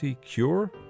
cure